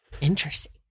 Interesting